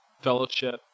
fellowship